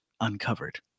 uncovered